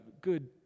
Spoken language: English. good